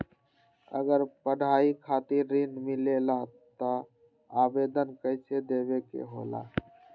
अगर पढ़ाई खातीर ऋण मिले ला त आवेदन कईसे देवे के होला?